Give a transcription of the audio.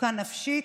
מצוקה נפשית,